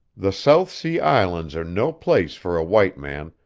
the south sea islands are no place for a white man,